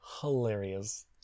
hilarious